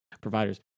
providers